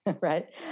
right